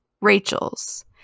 Rachel's